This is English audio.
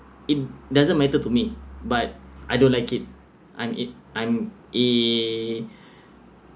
it doesn't matter to me but I don't like it I'm a I'm a